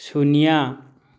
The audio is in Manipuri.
ꯁꯨꯟꯅ꯭ꯌꯥ